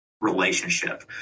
relationship